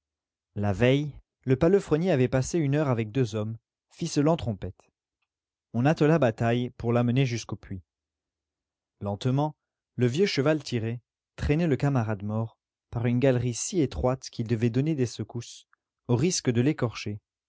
la veille le palefrenier avait passé une heure avec deux hommes ficelant trompette on attela bataille pour l'amener jusqu'au puits lentement le vieux cheval tirait traînait le camarade mort par une galerie si étroite qu'il devait donner des secousses au risque de l'écorcher